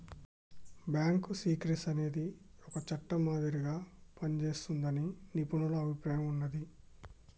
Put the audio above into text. bank secrecy అనేది ఒక చట్టం మాదిరిగా పనిజేస్తాదని నిపుణుల అభిప్రాయం ఉన్నాది